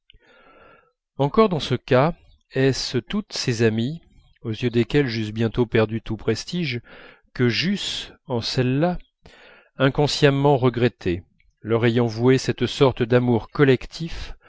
encore dans ce cas est-ce toutes ses amies aux yeux desquelles j'eusse bientôt perdu tout prestige que j'eusse en celle-là inconsciemment regrettées leur ayant avoué cette sorte d'amour collectif